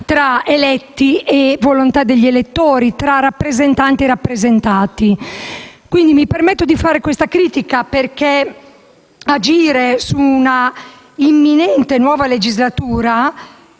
tra eletti e volontà degli elettori, tra rappresentanti e rappresentati. Quindi, mi permetto di fare questa critica perché agire su una imminente nuova legislatura,